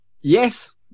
Yes